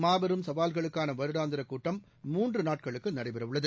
மாபெரும் சவால்களுக்கான வருடாந்திர கூட்டம் மூன்று நாட்களுக்கு நடைபெறவுள்ளது